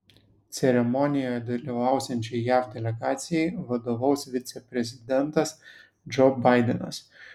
ceremonijoje dalyvausiančiai jav delegacijai vadovaus viceprezidentas džo baidenas